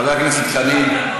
חבר הכנסת חנין.